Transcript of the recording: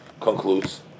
concludes